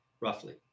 roughly